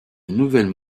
nouvelles